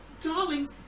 darling